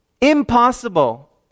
Impossible